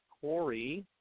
Corey